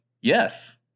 Yes